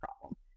problem